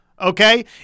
okay